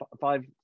five